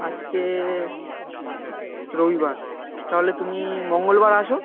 আজকে রবিবার তাহলে তুমি মঙ্গলবার আসো